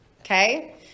Okay